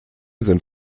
sind